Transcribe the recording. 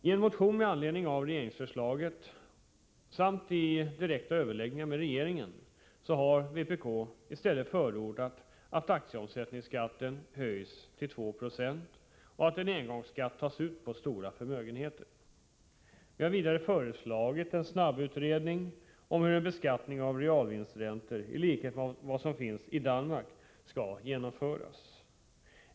I en motion med anledning av regeringsförslaget — samt i direkta överläggningar med regeringen — har vpk i stället förordat att aktieomsättningsskatten höjs till 2 96 och att en engångsskatt tas ut på stora förmögenheter. Vi har vidare föreslagit en snabbutredning om hur en beskattning av realvinstsräntor — i likhet med den som finns i Danmark — skall genomföras.